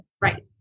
Right